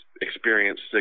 experienced